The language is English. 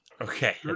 Okay